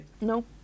No